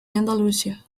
andalusia